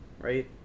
right